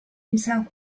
himself